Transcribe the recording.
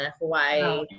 Hawaii